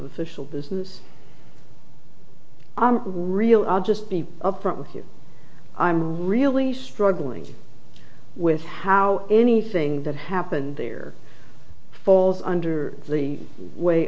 fishel business real i'll just be upfront with you i'm really struggling with how anything that happened here falls under the way